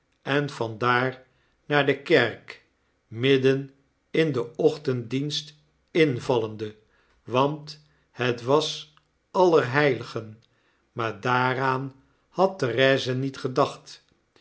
en van daar naar de kerk midden in den ochtenddienst invallende want het was allerheiligen maar daaraan had therese niet gedacht